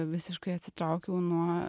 visiškai atsitraukiau nuo